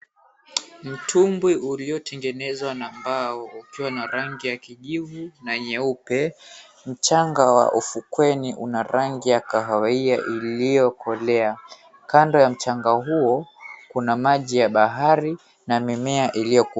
Mtumbwi uliotengenezwa na mbao, ukiwa na rangi ya kijivu na nyeupe. Mchanga wa ufukweni, una rangi ya kahawia iliyokolea, kando ya mchanga huo kuna maji ya bahari na mimea iliyokua.